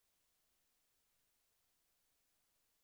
הדרום